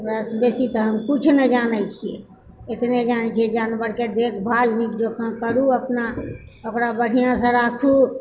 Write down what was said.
बस बेसी तऽ हम किछु नहि जानैत छियै एतने जानैत छियै जानवरके देखभाल नीक जकाँ करू अपना ओकरा बढ़िआँसँ राखू